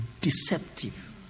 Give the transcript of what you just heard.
deceptive